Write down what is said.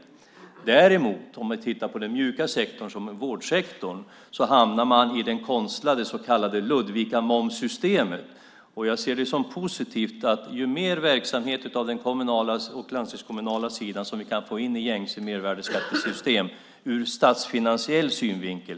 Om vi däremot tittar på en mjuk sektor som vårdsektorn hamnar man i det konstlade så kallade Ludvikamomssystemet. Jag ser det som positivt att vi kan få in mer verksamhet på den kommunala och landstingskommunala sidan i det gängse momssystemet. Det vore bra ur statsfinansiell synvinkel.